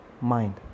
mind